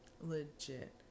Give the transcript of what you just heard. Legit